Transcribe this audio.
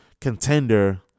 contender